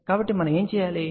కాబట్టి మనం ఏమి చేయాలి